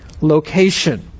location